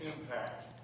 Impact